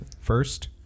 first